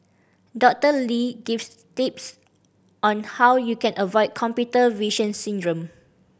Doctor Lee gives tips on how you can avoid computer vision syndrome